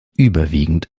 überwiegend